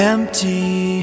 Empty